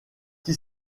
qui